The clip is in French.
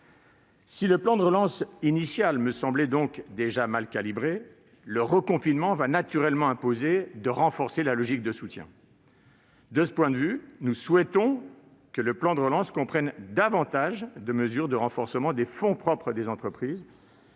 Si le plan de relance initial me semblait donc déjà mal calibré, le reconfinement va naturellement imposer de renforcer la logique de soutien. De ce point de vue, nous souhaitons que le plan de relance comprenne davantage de mesures de renforcement des fonds propres des entreprises